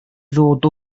ddod